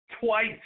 twice